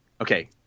okay